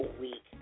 week